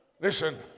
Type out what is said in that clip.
Listen